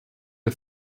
der